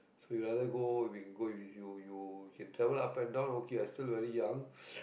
so he rather go when go you you can travel up and down okay what still very young